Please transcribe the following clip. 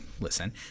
listen